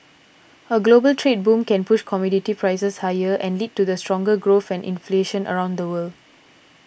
a global trade boom can push commodity prices higher and lead to stronger growth and inflation around the world